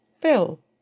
Bill